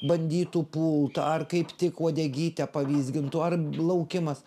bandytų pult ar kaip tik uodegytę pavizgintų ar laukimas